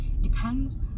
Depends